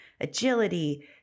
agility